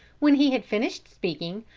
when he had finished speaking,